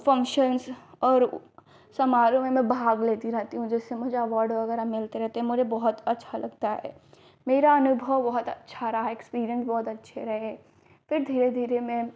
functions और समारोह में भाग लेती रहती हूँ जिससे मुझे अवॉर्ड वग़ैरह मिलता रहता है बहुत अच्छा लगता है मेरा अनुभव बहुत अच्छा रहा एक्सपीरिएन्स बहुत अच्छे रहे फिर धीरे धीरे मैं